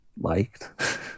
liked